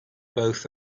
both